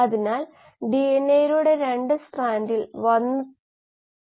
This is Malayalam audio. അതിനാൽ മൈനസ് r പൂജ്യം d S not d t ഇവയിൽ നിങ്ങൾ അൽപ്പം ശ്രദ്ധിക്കേണ്ടതുണ്ട്